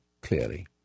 clearly